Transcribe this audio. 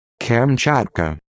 Kamchatka